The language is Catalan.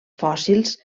fòssils